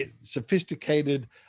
sophisticated